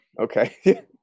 okay